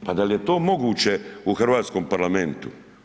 Pa da li je to moguće u hrvatskom parlamentu?